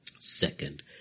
Second